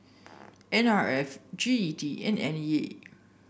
N R F G E D and N E A